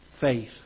faith